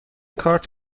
کارت